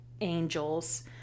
angels